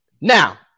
Now